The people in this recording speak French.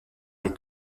les